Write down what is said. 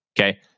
Okay